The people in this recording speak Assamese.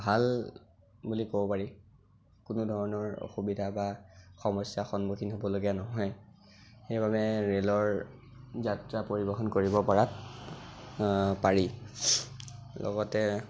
ভাল বুলি ক'ব পাৰি কোনো ধৰণৰ অসুবিধা বা সমস্যা সন্মুখীন হ'বলগীয়া নহয় সেইবাবে ৰে'লৰ যাত্ৰা পৰিবহণ কৰিব পৰাত পাৰি লগতে